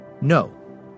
no